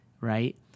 right